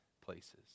places